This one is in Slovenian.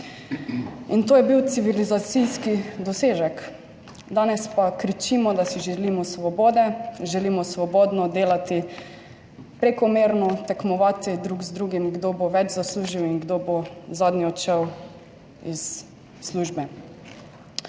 in to je bil civilizacijski dosežek. Danes pa kričimo, da si želimo svobode. Želimo svobodno delati, prekomerno tekmovati drug z drugim, kdo bo več zaslužil in kdo bo zadnji odšel iz službe.